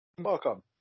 Welcome